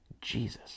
Jesus